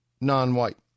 non-white